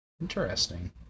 Interesting